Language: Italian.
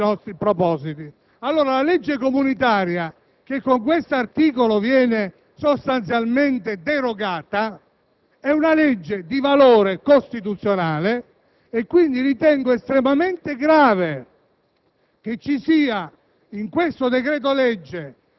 ma non avremo dato nessun contenuto vero ai nostri propositi. La legge comunitaria, che con tale articolo viene sostanzialmente derogata, ha valore costituzionale e quindi ritengo estremamente grave